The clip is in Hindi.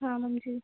हाँ मैम जी